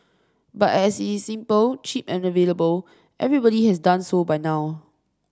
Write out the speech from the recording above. but as it is simple cheap and available everybody has done so by now